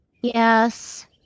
Yes